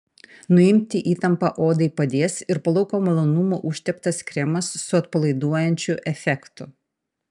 nuimti įtampą odai padės ir po lauko malonumų užteptas kremas su atpalaiduojančiu efektu